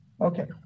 okay